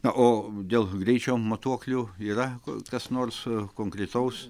na o dėl greičio matuoklių yra ko kas nors konkretaus